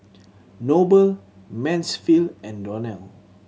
Noble Mansfield and Donnell